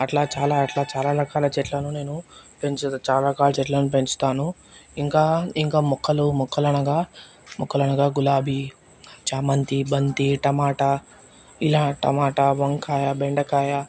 అట్లా చాలా అట్లా చాలా రకాల చెట్లను నేను పెంచి చాలా రకాల చెట్లను పెంచుతాను ఇంకా ఇంకా మొక్కలు మొక్కలు అనగా మొక్కలనగా గులాబీ ఛామంతి బంతి టమాటా ఇలా టమాటా వంకాయ బెండకాయ